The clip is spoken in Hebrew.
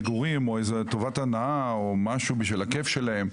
אנשים לא באו לבקש מגורים או טובת הנאה או משהו בשביל הכיף שלהם,